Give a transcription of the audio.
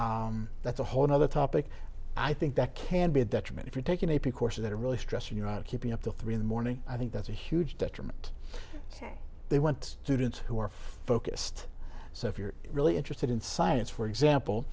up that's a whole another topic i think that can be a detriment if you're taking a p courses that are really stressing you out of keeping up the three in the morning i think that's a huge detriment they want to dance who are focused so if you're really interested in science for example